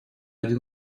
один